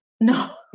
No